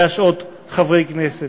להשעות חברי כנסת.